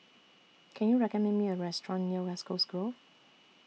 Can YOU recommend Me A Restaurant near West Coast Grove